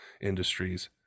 industries